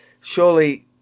surely